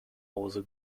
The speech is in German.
hause